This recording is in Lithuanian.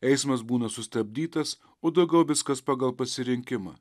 eismas būna sustabdytas o daugiau viskas pagal pasirinkimą